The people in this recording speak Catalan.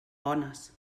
bones